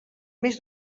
més